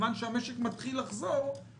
מכיוון שהמשק מתחיל לחזור,